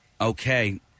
Okay